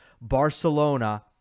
Barcelona